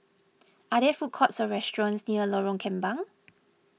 are there food courts or restaurants near Lorong Kembang